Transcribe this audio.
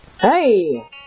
Hey